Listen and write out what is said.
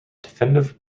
definitive